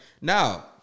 Now